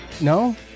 no